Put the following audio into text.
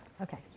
Okay